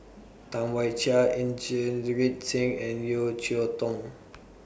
Tam Wai Jia Inderjit Singh and Yeo Cheow Tong